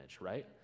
right